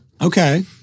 Okay